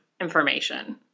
information